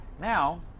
Now